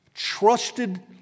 trusted